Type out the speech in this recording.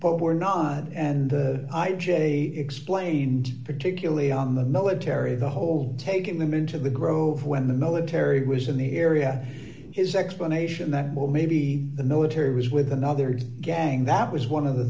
but we're not and i j explained particularly on the military the whole taking them into the grove when the military was in the area is explanation that well maybe the military was with another gang that was one of the